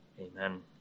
Amen